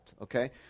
Okay